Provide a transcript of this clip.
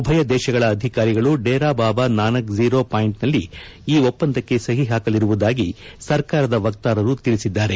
ಉಭಯ ದೇಶಗಳ ಅಧಿಕಾರಿಗಳು ಡೇರಾ ಬಾಬಾ ನಾನಕ್ ಜೀರೋ ಪಾಯಿಂಟ್ನಲ್ಲಿ ಈ ಒಪ್ಸಂದಕ್ಕೆ ಸಹಿ ಹಾಕಲಿರುವುದಾಗಿ ಸರ್ಕಾರದ ವಕ್ತಾರರು ತಿಳಿಸಿದ್ದಾರೆ